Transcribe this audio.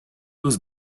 was